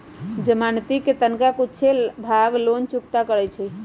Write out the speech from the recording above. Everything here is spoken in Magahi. जमानती कें तनका कुछे भाग लोन चुक्ता करै छइ